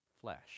flesh